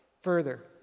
further